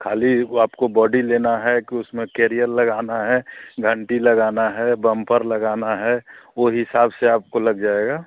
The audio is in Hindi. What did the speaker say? ख़ाली वह आपको बॉडी लेना है कि उसमें कैरियल लगाना है घंटी लगाना है बम्पर लगाना है वह हिसाब से आपको लग जाएगा